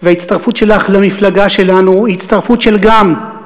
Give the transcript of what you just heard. וההצטרפות שלך למפלגה שלנו היא הצטרפות של "גם",